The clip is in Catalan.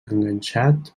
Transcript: enganxat